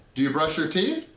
do you brush your teeth?